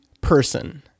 person